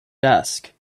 desk